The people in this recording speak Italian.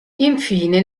infine